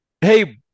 Hey